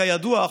כידוע,